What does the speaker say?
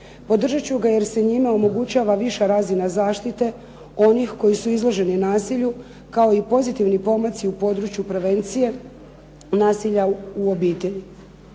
Podržat ću ga jer se njime omogućava viša razina zaštite onih koji su izloženi nasilju kao i pozitivni pomaci u području prevencije nasilja u obitelji.